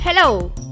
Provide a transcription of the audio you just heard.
Hello